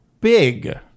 big